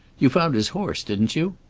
you found his horse, didn't you?